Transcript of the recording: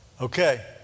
okay